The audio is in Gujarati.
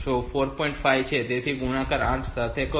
5 નો ગુણાકાર 8 સાથે કરો